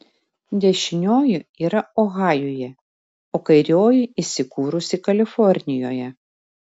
dešinioji yra ohajuje o kairioji įsikūrusi kalifornijoje